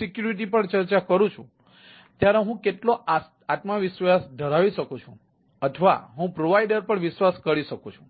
પસંદગી પર ચર્ચા કરું છું ત્યારે હું કેટલો આત્મવિશ્વાસ ધરાવી શકું છું અથવા હું પ્રોવાઇડર પર વિશ્વાસ કરી શકું છું